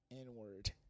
N-word